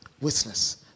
witness